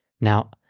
Now